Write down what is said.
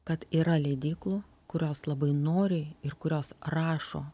kad yra leidyklų kurios labai nori ir kurios rašo